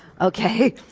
Okay